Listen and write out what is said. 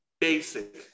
basic